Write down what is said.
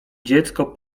dziecko